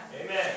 Amen